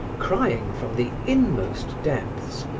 crying from the inmost depths,